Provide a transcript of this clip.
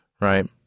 right